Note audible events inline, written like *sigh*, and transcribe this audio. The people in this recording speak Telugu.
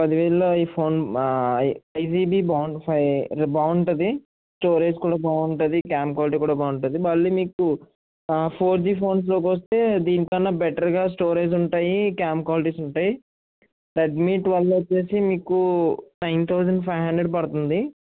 పది వేలల్లో ఈ ఫోన్ త్రీ జీబీ *unintelligible* అది బాగుంటుంది స్టోరేజ్ కూడా బాగుంటుంది క్యామ్ క్వాలిటీ కూడా బాగుంటుంది మళ్ళీ మీకు ఫోర్ జి ఫోన్స్లోకి వస్తే దీని కన్నా బెటర్గా స్టోరేజ్ ఉంటాయి క్యామ్ క్వాలిటీస్ ఉంటాయి రెడ్మీ ట్వల్ వచ్చేసి మీకు నైన్ తౌజండ్ ఫైవ్ హండ్రెడ్ పడుతంది